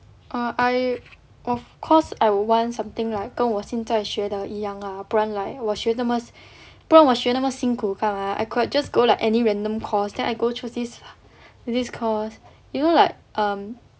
err I of course I would want something like 跟我现在学的一样 lah 不然 like 我学那么不然我学那么辛苦干吗 I could have just go like any random course then I go through this this course you know like um